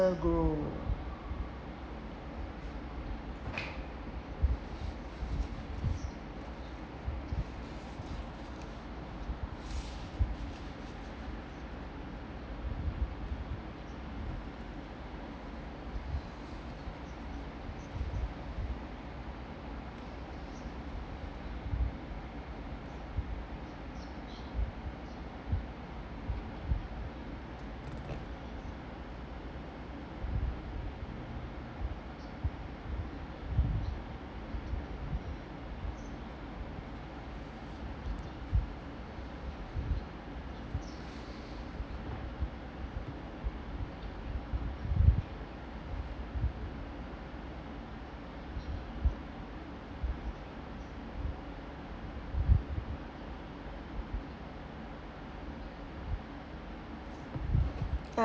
personal grow